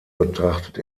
betrachtet